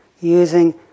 using